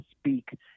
speak